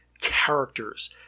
characters